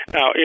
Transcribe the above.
Now